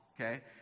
okay